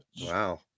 Wow